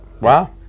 Wow